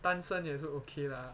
单身也是 okay lah